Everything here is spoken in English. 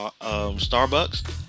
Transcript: Starbucks